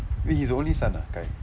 wait he's the only son ah kai